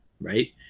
right